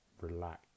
Relax